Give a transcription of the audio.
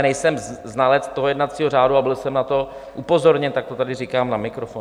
Nejsem znalec jednacího řádu a byl jsem na to upozorněn, tak to tady říkám na mikrofon.